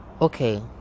okay